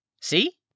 See